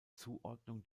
zuordnung